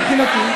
מבחינתי,